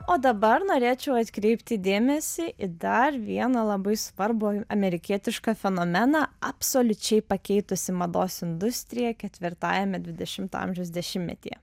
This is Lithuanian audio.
o dabar norėčiau atkreipti dėmesį į dar vieną labai svarbų amerikietišką fenomeną absoliučiai pakeitusį mados industriją ketvirtajame dvidešimto amžiaus dešimtmetyje